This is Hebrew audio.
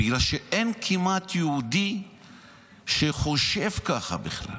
בגלל שאין כמעט יהודי שחושב ככה בכלל.